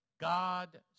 God